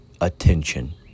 attention